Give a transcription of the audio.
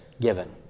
given